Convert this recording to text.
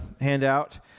handout